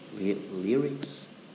lyrics